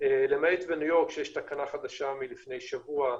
למעט לניו-יורק, שיש תקנה חדשה מלפני שבוע,